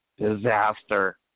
Disaster